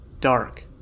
dark